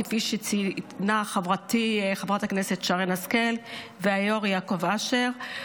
כפי שציינו חברתי חברת הכנסת שרן השכל והיו"ר יעקב אשר.